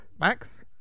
Max